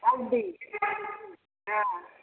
हल्दी हँ